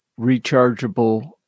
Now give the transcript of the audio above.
rechargeable